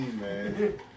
man